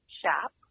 shop